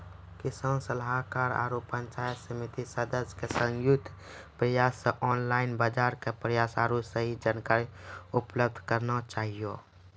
किसान सलाहाकार आरु पंचायत समिति सदस्य के संयुक्त प्रयास से ऑनलाइन बाजार के प्रसार आरु सही जानकारी उपलब्ध करना चाहियो?